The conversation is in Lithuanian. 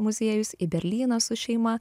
muziejus į berlyną su šeima